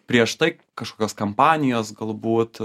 prieš tai kažkokios kampanijos galbūt